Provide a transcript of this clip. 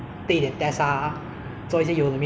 所以我觉得我这个 semester 很容易 ya